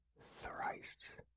thrice